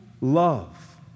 love